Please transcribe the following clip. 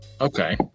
Okay